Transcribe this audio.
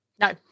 No